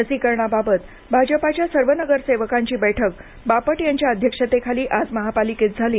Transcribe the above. लसीकरणाबाबत भाजपाच्या सर्व नगरसेवकांची बैठक बापट यांच्या अध्यक्षतेखाली आज महापालिकेत झाली